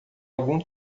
algum